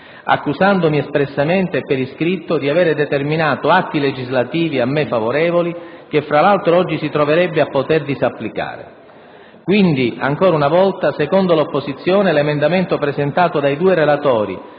accusandomi espressamente e per iscritto di aver determinato atti legislativi a me favorevoli, che fra l'altro oggi si troverebbe a poter disapplicare. Quindi, ancora una volta, secondo l'opposizione l'emendamento presentato dai due relatori,